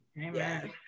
Amen